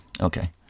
Okay